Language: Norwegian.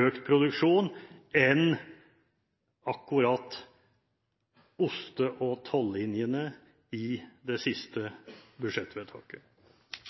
økt produksjon, enn akkurat ost og tollinjer i det siste budsjettvedtaket?